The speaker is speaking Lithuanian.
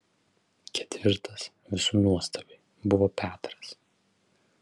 ketvirtas visų nuostabai buvo petras